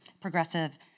progressive